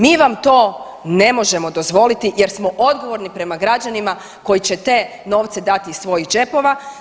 Mi vam to ne možemo dozvoliti jer smo odgovorni prema građanima koji će te novce dati iz svojih džepova.